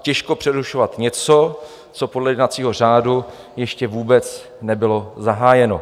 Těžko přerušovat něco, co podle jednacího řádu ještě vůbec nebylo zahájeno.